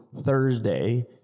Thursday